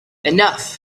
enough